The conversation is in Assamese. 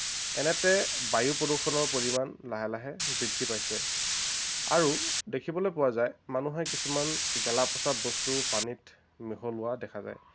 এনেকৈ বায়ু প্ৰদূষণৰ পৰিমাণ লাহে লাহে বৃদ্ধি পাইছে আৰু দেখিবলৈ পোৱা যায় মানুহে কিছুমান গেলা পচা বস্তু পানীত মিহলোৱা দেখা যায়